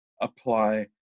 apply